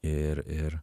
ir ir